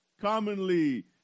commonly